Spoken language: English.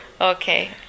Okay